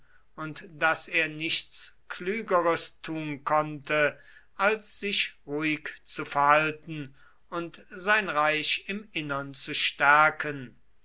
und daß er nichts klügeres tun konnte als sich ruhig zu verhalten und sein reich im innern zu stärken